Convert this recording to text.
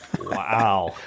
Wow